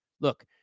Look